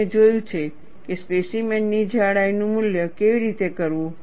આપણે જોયું છે કે સ્પેસીમેન ની જાડાઈ નું મૂલ્યાંકન કેવી રીતે કરવું